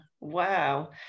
Wow